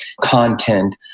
content